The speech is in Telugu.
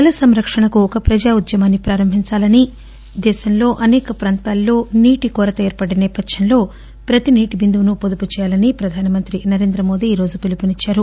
జల సంరక్షణకు ఒక ప్రజా ఉద్యమాన్ని ప్రారంభించాలని దేశంలో అసేక ప్రాంతాల్లో నీటి కొరత ఏర్పడ్డ సేపథ్యంలో ప్రతి నీటి బిందువును పొదుపు చేయాలని ప్రధానమంత్రి నరేంద్ర మోదీ ఈరోజు పిలుపునిచ్చారు